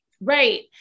Right